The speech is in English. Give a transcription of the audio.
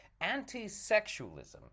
anti-sexualism